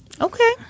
Okay